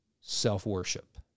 self-worship